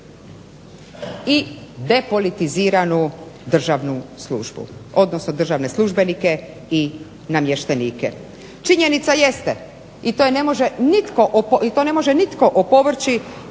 i depolitiziranu državnu službu, odnosno državne službenike i namještenike. Činjenica jeste i to ne može nitko opovrći,